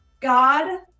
God